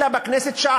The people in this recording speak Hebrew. אלא בכנסת שאחריה,